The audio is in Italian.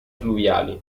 fluviali